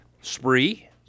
spree